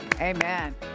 Amen